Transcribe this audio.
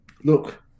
Look